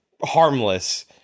harmless